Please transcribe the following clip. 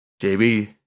JB